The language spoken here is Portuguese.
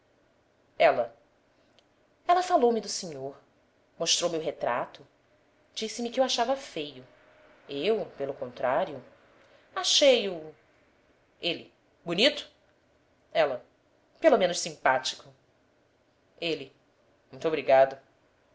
ela ela falou-me do senhor mostrou-me o retrato disse-me que o achava feio eu pelo contrário achei-o ele bonito ela pelo menos simpático ele muito obrigado